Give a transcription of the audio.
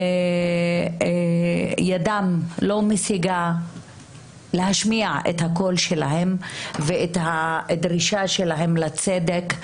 ידם לא משגת להשמיע את קולם ואת הדרישה שלהם לצדק.